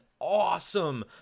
awesome